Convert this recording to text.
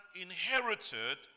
inherited